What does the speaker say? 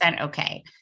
okay